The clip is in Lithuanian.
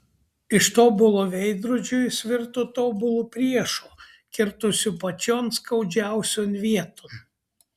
iš tobulo veidrodžio jis virto tobulu priešu kirtusiu pačion skaudžiausion vieton